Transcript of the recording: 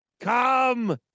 Come